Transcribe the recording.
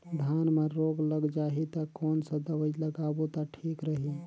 धान म रोग लग जाही ता कोन सा दवाई लगाबो ता ठीक रही?